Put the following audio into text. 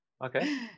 Okay